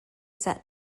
sat